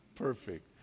Perfect